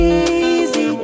easy